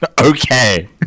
Okay